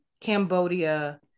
Cambodia